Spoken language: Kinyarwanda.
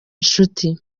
inshuti